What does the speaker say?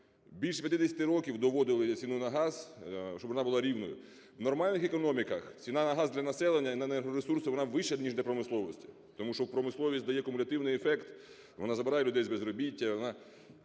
Більше 50 років доводили ціну на газ, щоб вона була рівною. В нормальних економіках ціна на газ для населення і на енергоресурси, вона вища, ніж для промисловості, тому що промисловість дає кумулятивний ефект, вона забирає людей з безробіття,